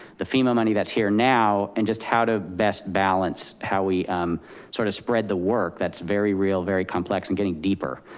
the fema money that's here now, and just how to best balance, how we sort of spread the work. that's very real, very complex and getting deeper.